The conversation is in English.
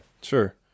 Sure